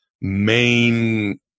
main